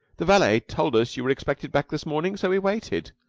the valet told us you were expected back this morning, so we waited.